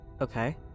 Okay